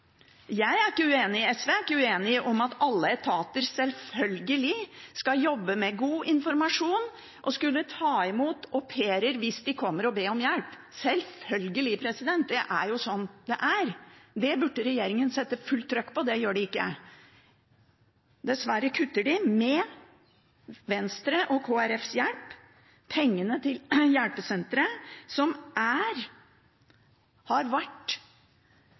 er ikke uenig i at alle etater selvfølgelig skal jobbe med god informasjon og skal ta imot au pairer hvis de kommer og ber om hjelp. Selvfølgelig! Det er jo sånn det er. Det burde regjeringen sette fullt trøkk på – det gjør de ikke. Dessverre kutter de – med Venstre og Kristelig Folkepartis hjelp – pengene til hjelpesenteret, som har